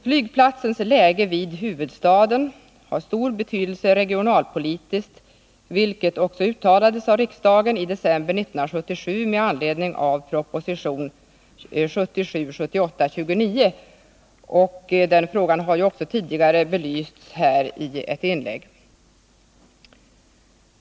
Flygplatsens läge vid huvudstaden har stor betydelse regionalpolitiskt, vilket också uttalades av riksdagen i december 1977 med anledning av proposition 1977/78:29. Den frågan har också tidigare belysts i ett inlägg här.